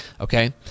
okay